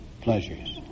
pleasures